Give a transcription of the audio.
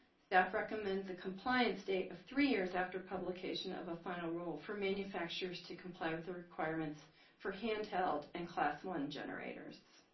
staff recommends a compliance date of three years after publication of a final rule for manufacturers to comply with the requirements for handheld and class one generators.